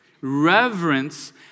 Reverence